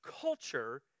culture